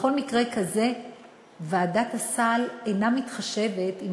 בכל מקרה כזה ועדת הסל אינה מתחשבת אם